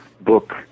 book